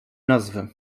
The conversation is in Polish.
nazwy